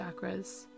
chakras